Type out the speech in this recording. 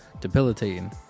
debilitating